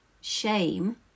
shame